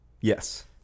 Yes